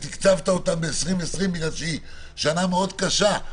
ותקצבת אותם ב-2020 בגלל שהיא שנה מאוד קשה.